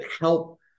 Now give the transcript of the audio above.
help